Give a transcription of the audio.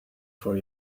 for